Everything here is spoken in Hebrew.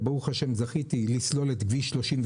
וברוך השם זכיתי לסלול את כביש 38,